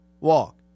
walk